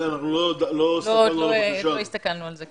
אנחנו לא הסתכלנו על הבקשה.